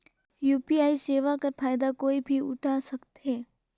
UPI सेवा कर फायदा कोई भी उठा सकथे?